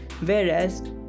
Whereas